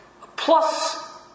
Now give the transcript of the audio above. Plus